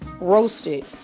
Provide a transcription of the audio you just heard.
roasted